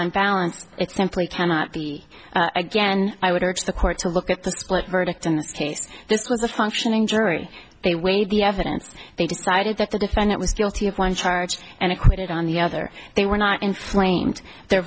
i'm balanced it's simply cannot be again i would urge the court to look at the split verdict in this case this was the functioning jury they weighed the evidence and decided that the defendant was guilty of one charge and acquitted on the other they were not inflamed the